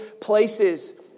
places